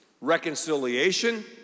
reconciliation